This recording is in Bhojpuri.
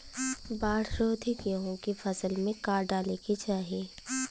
बाढ़ रोधी गेहूँ के फसल में का डाले के चाही?